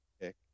pick